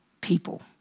people